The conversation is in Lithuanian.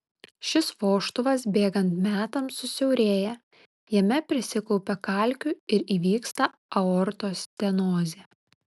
šis vožtuvas bėgant metams susiaurėja jame prisikaupia kalkių ir įvyksta aortos stenozė